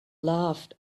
laughed